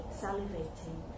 salivating